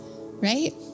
right